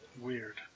Weird